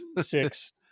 six